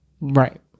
Right